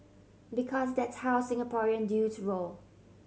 because that's how Singaporean dudes roll